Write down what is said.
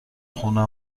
خونه